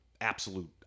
absolute